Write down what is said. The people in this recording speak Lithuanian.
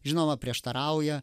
žinoma prieštarauja